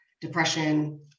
depression